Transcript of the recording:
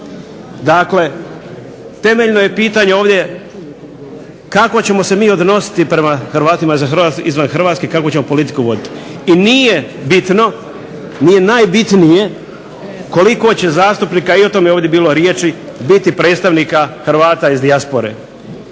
Dakle, temeljno je pitanje ovdje kako ćemo se mi odnositi prema Hrvatima izvan Hrvatske i kakvu ćemo politiku voditi. I nije bitno, nije najbitnije koliko će zastupnika i o tome je ovdje bilo riječi biti predstavnika Hrvata iz dijaspore.